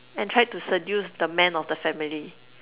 and try to seduce the man of the family